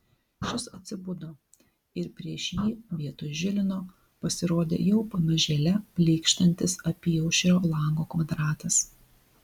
šis atsibudo ir prieš jį vietoj žilino pasirodė jau pamažėle blykštantis apyaušrio lango kvadratas